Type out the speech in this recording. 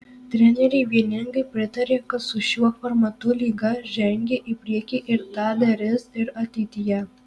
treneriai vieningai pritarė kad su šiuo formatu lyga žengė į priekį ir tą darys ir ateityje